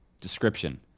description